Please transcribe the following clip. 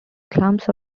clumps